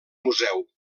museu